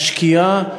משקיעה,